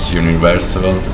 universal